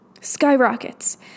skyrockets